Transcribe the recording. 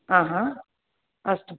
आहा अस्तु